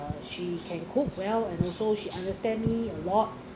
uh she can cook well and also she understand me a lot